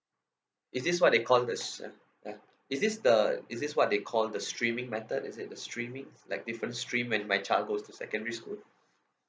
is this what they call the s~ uh uh is this the is this what they call the streaming method is it the streaming like different stream when my child goes to secondary school